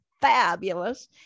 fabulous